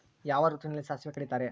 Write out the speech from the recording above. ಯಾವ ಋತುವಿನಲ್ಲಿ ಸಾಸಿವೆ ಕಡಿತಾರೆ?